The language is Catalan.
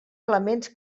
elements